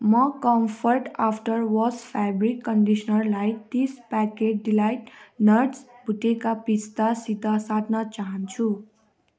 म comfort after wash fabric कन्डिसनरलाई तिस प्याकेट डिलाइट नट्स भुटेका पिस्तासित साट्न चाहन्छु